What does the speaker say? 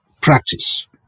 practice